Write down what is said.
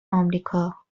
آمریکا